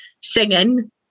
singing